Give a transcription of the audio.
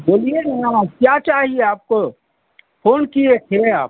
बोलिए ना आप क्या चाहिए आपको फ़ोन किए थे आप